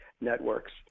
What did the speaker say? networks